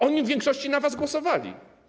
Oni w większości na was głosowali.